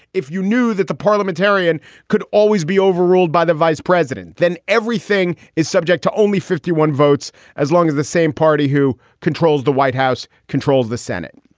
if you knew that the parliamentarian could always be overruled by the vice president. then everything is subject to only fifty one votes as long as the same party who controls the white house controls the senate